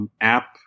app